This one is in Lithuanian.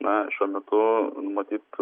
na šiuo metu matyt